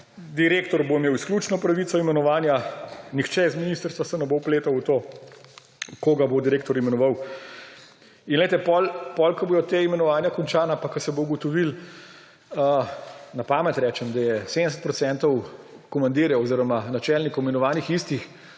Direktor bo imel izključno pravico imenovanja. Nihče iz ministrstva se ne bo vpletal v to, koga bo direktor imenoval. In ko bojo ta imenovanja končana in ko se bo ugotovilo, na pamet rečem, da je 70 % komandirjev oziroma načelnikov imenovanih istih,